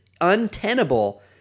untenable